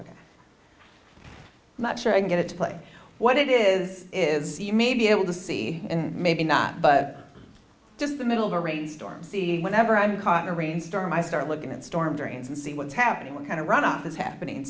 ok not sure i can get it to play what it is is you may be able to see and maybe not but just the middle of a rainstorm see whenever i'm caught in a rainstorm i start looking at storm drains and see what's happening what kind of runoff is happening